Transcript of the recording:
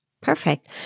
perfect